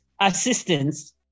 assistance